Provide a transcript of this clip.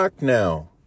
now